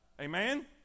Amen